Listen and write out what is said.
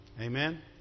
Amen